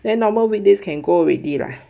then normal weekdays can go already lah